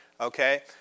Okay